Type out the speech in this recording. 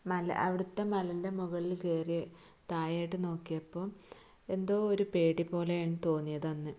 മല അവിടുത്തെ മലന്റെ മുകളിൽ കയറി താഴോട്ട് നോക്കിയപ്പോൾ എന്തോ ഒരു പേടി പോലെയാണ് തോന്നിയത് അന്ന്